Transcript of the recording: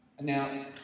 Now